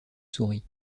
souris